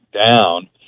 down